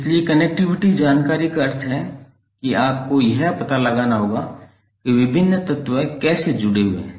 इसलिए कनेक्टिविटी जानकारी का अर्थ है कि आपको यह पता लगाना होगा कि विभिन्न तत्व कैसे जुड़े हैं